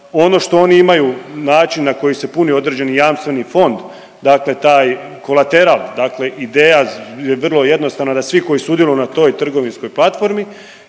Ono što imaju, način na koji se puni određeni jamstveni fond, dakle taj kolateral, dakle ideja je vrlo jednostavna da svi koji sudjeluju na toj trgovinskog platformi